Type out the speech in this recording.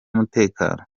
umutekano